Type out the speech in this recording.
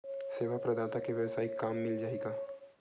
सेवा प्रदाता के वेवसायिक काम मिल सकत हे का?